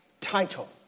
title